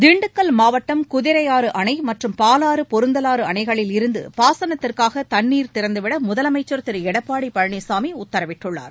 திண்டுக்கல் மாவட்டம் குதிரையாறு அணை மற்றும் பாலாறு பொருந்தலாறு அணைகளிலிருந்து பாசனத்திற்காக தண்ணீர் திறந்துவிட முதலமைச்சர் திரு எடப்பாடி பழனிசாமி உத்தரவிட்டுள்ளார்